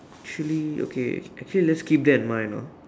actually okay actually let's keep that in mind ah